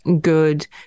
good